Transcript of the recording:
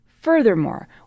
Furthermore